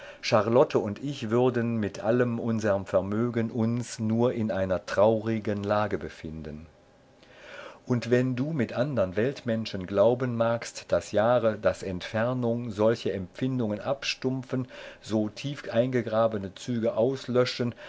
charlotte und ich würden mit allem unserm vermögen uns nur in einer traurigen lage befinden und wenn du mit andern weltmenschen glauben magst daß jahre daß entfernung solche empfindungen abstumpfen so tief eingegrabene züge auslöschen